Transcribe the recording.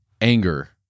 anger